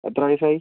എത്ര വയസ്സായി